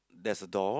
there's a door